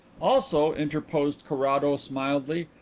also, interposed carrados mildly,